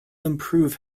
improve